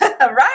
right